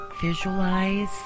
Visualize